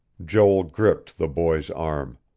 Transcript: joel gripped the boy's arm.